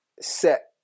set